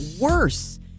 worse